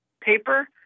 paper